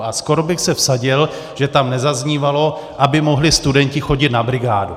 A skoro bych se vsadil, že tam nezaznívalo, aby mohli studenti chodit na brigádu.